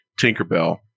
Tinkerbell